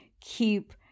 keep